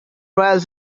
royal